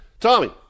tommy